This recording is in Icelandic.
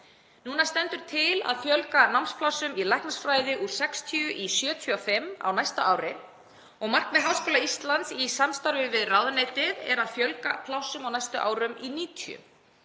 Núna stendur til að fjölga námsplássum í læknisfræði úr 60 í 75 á næsta ári og markmið Háskóla Íslands í samstarfi við ráðuneytið er að fjölga plássum á næstu árum í 90.